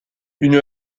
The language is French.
une